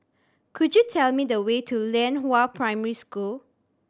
could you tell me the way to Lianhua Primary School